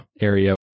area